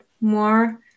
more